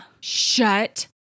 Shut